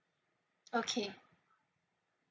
okay